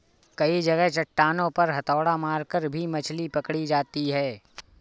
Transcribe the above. कई जगह चट्टानों पर हथौड़ा मारकर भी मछली पकड़ी जाती है